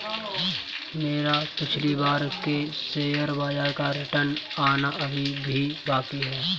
मेरा पिछली बार के शेयर बाजार का रिटर्न आना अभी भी बाकी है